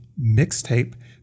mixtape